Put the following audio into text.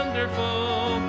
wonderful